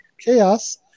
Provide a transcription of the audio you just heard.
Chaos